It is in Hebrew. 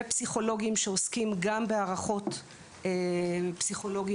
ופסיכולוגים שעוסקים גם בהערכות פסיכולוגיות